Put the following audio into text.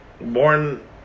Born